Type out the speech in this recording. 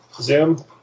zoom